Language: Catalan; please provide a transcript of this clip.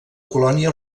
colònia